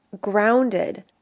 grounded